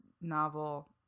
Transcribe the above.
novel